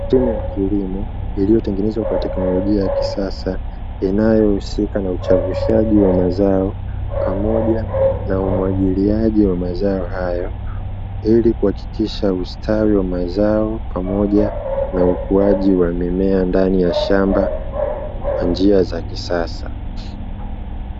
Mashine ya kilimo iliyotengenezwa kwa teknolojia ya kisasa inayohusika na uchavushaji wa mazao pamoja na umwagiliaji wa mazao hayo. Ili kuhakikisha ustawi wa mazao pamoja na ukuaji wa mimea ndani ya shamba kwa njia za kisasa.